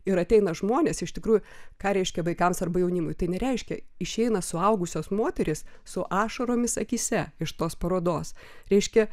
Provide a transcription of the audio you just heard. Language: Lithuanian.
ir ateina žmonės iš tikrųjų ką reiškia vaikams arba jaunimui tai nereiškia išeina suaugusios moterys su ašaromis akyse iš tos parodos reiškia